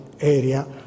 area